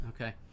Okay